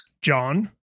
John